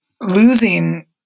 losing